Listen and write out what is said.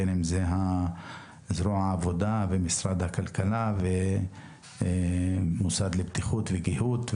בין אם זה זרוע העבודה ומשרד הכלכלה ובין אם זה המוסד לבטיחות וגיהות.